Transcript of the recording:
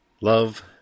Love